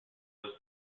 was